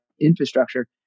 infrastructure